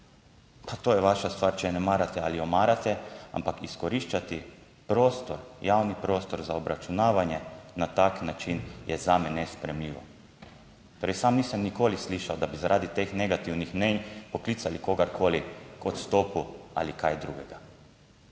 Pa to je vaša stvar, če je ne marate ali jo marate, ampak izkoriščati prostor, javni prostor za obračunavanje na tak način je zame nesprejemljivo. Torej, sam nisem nikoli slišal, da bi zaradi teh negativnih mnenj poklicali kogarkoli k odstopu ali kaj drugega.